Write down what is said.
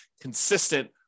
consistent